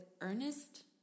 earnest